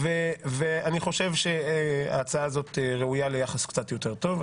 ואני חושב שההצעה הזאת ראויה ליחס קצת יותר טוב.